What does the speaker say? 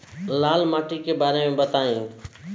लाल माटी के बारे में बताई